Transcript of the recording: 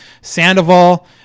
Sandoval